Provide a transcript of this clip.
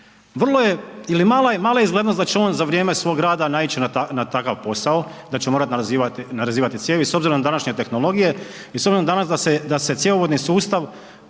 Vrlo je ili mala je izglednost da će on za vrijeme svog rada naići na takav posao da će morati narezivati cijevi s obzirom na današnje tehnologije i s obzirom da se cjevovodni sustav,